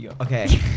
Okay